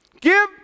Give